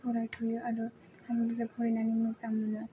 फरायथ'यो आरो आं बिजाब फरायनानै मोजां मोनो